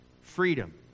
freedom